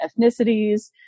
ethnicities